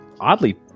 oddly